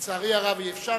לצערי הרב אי-אפשר,